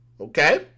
okay